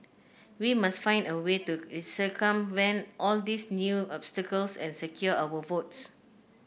we must find a way to circumvent all these new obstacles and secure our votes